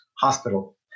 Hospital